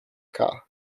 car